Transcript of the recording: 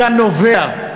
מכאן נובע,